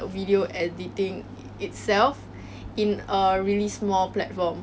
你有知道一些 err online selling